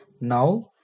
now